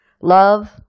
love